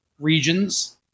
regions